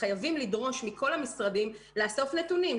חייבים לדרוש מכל המשרדים לאסוף נתונים,